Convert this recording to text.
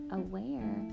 aware